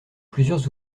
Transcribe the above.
plusieurs